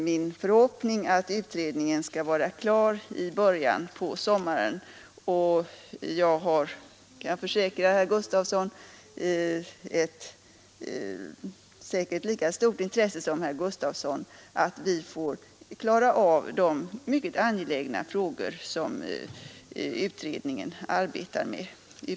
Min förhoppning är att utredningen skall vara klar i början av sommaren. Jag kan försäkra herr Gustavsson att jag har ett lika stort intresse som herr Gustavsson av att vi utan något dröjsmål får klara av de mycket angelägna frågor som utredningen arbetar med.